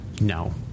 No